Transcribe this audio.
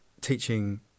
teaching